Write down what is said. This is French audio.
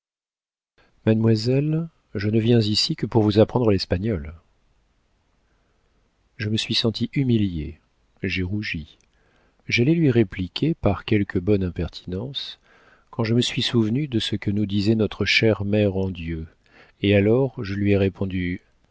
mademoiselle je ne viens ici que pour vous apprendre l'espagnol je me suis sentie humiliée j'ai rougi j'allais lui répliquer par quelque bonne impertinence quand je me suis souvenue de ce que nous disait notre chère mère en dieu et alors je lui ai répondu